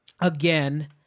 again